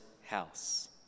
house